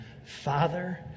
Father